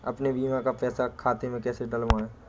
अपने बीमा का पैसा खाते में कैसे डलवाए?